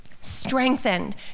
strengthened